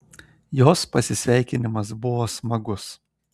jos pasisveikinimas buvo smagus